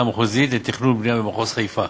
המחוזית לתכנון ובנייה במחוז חיפה,